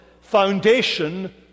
foundation